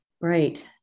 Right